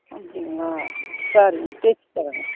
அப்படிங்களா சரிங்க தச்சித் தர்றங்க